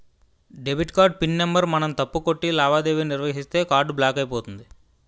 debit card pin number మనం తప్పు కొట్టి లావాదేవీ నిర్వహిస్తే కార్డు బ్లాక్ అయిపోతుంది